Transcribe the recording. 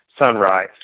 sunrise